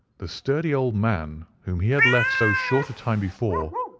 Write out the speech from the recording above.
the sturdy old man, whom he had left so short a time before,